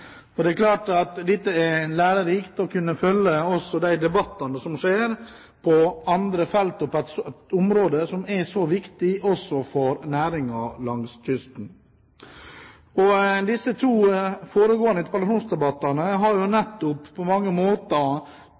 skjer på andre felt og på et område som er så viktig også for næringen langs kysten. Disse to foregående interpellasjonsdebattene har på mange måter dannet opptakten til min egen interpellasjon, som nettopp går på